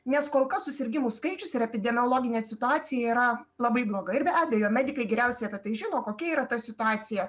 nes kol kas susirgimų skaičius ir epidemiologinė situacija yra labai bloga ir be abejo medikai geriausiai apie tai žino kokia yra ta situacija